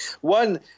One